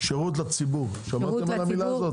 שירות לציבור, שמעתם על המילה הזאת?